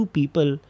people